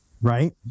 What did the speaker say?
right